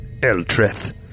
Eltreth